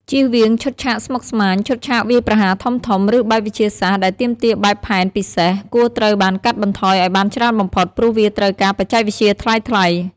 ជៀសវាងឈុតឆាកស្មុគស្មាញ ឈុតឆាកវាយប្រហារធំៗ ឬបែបវិទ្យាសាស្ត្រដែលទាមទារបែបផែនពិសេស គួរត្រូវបានកាត់បន្ថយឱ្យបានច្រើនបំផុត ព្រោះវាត្រូវការបច្ចេកវិទ្យាថ្លៃៗ។